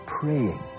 praying